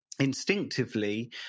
instinctively